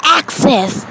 access